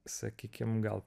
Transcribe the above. sakykim gal